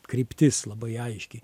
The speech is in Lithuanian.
kryptis labai aiški